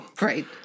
Right